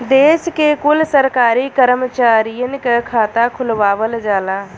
देश के कुल सरकारी करमचारियन क खाता खुलवावल जाला